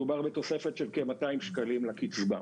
מדובר בתוספת של כ-200 שקלים לקצבה.